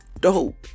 dope